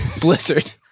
Blizzard